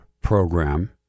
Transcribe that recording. program